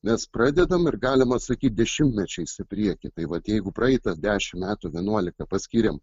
nes pradedam ir galima sakyti dešimtmečiais į priekį tai vat jeigu praeitą dešimt metų vienuolika paskyrėm